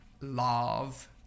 Love